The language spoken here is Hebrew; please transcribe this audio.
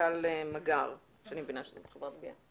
מנכ"ל מגער אני מבינה שזאת חברת גבייה.